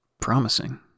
promising